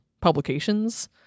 publications